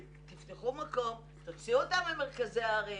תפתחו מקום, תוציאו אותם אל מרכזי הערים,